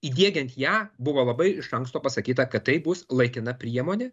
įdiegiant ją buvo labai iš anksto pasakyta kad tai bus laikina priemonė